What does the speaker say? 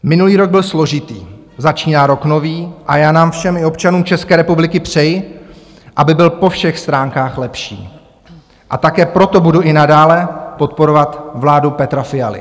Minulý rok byl složitý, začíná rok nový a já nám všem i občanům České republiky přeji, aby byl po všech stránkách lepší, a také proto budu i nadále podporovat vládu Petra Fialy.